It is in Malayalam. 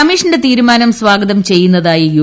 കമ്മീഷന്റെ തീരുമാനം സ്വാഗതം ചെയ്യുന്നതായി യു